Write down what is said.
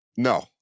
No